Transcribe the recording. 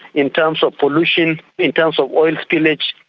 in terms of pollution, in terms of oil spillage,